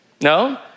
No